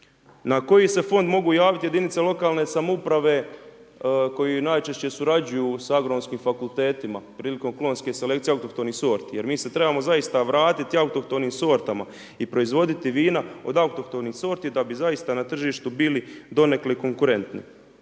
Na koji se fond mogu javiti jedinice lokalne samouprave koje najčešće surađuju sa agronomskim fakultetima prilikom klonske selekcije autohtonih sorti jer mi se trebamo zaista vratiti autohtonim sortama i proizvoditi vina od autohtonih sorti da bi zaista na tržištu bili donekle konkurentni.